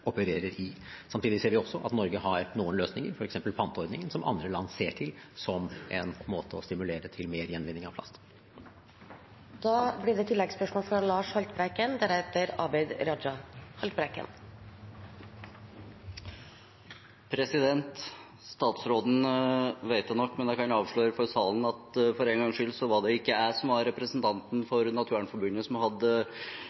vi også at Norge har noen løsninger, f.eks. panteordningen, som andre land ser til som en måte å stimulere til mer gjenvinning av plast på. Lars Haltbrekken – til oppfølgingsspørsmål. Statsråden vet det nok, men jeg kan avsløre for salen at det for en gangs skyld ikke var jeg som var representanten